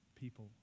people